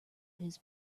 his